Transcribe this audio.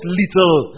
little